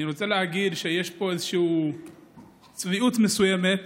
אני רוצה להגיד שיש פה איזושהי צביעות מסוימת